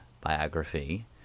biography